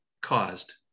caused